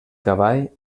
cavall